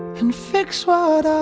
and fix what ah